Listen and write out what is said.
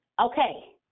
Okay